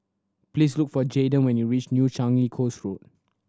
please look for Jaiden when you reach New Changi Coast Road